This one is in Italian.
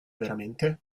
veramente